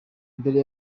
mbere